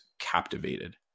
captivated